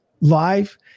live